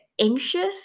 anxious